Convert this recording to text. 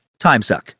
TimeSuck